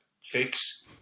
fix